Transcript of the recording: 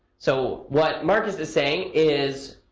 so what marcus is saying is,